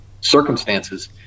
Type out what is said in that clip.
circumstances